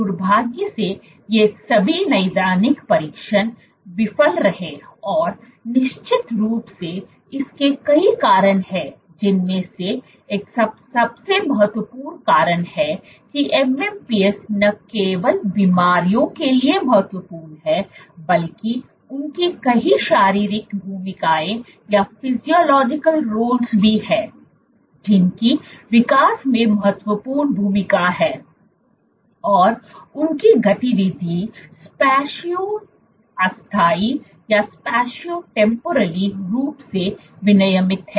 दुर्भाग्य से ये सभी नैदानिक परीक्षण विफल रहे और निश्चित रूप से इसके कई कारण हैं जिनमें से एक सबसे महत्वपूर्ण कारण है कि MMPs न केवल बीमारियों के लिए महत्वपूर्ण हैं बल्कि उनकी कई शारीरिक भूमिकाएं भी हैं जिनकी विकास में महत्वपूर्ण भूमिका है और उनकी गतिविधि स्पैटियो अस्थायी रूप से विनियमित है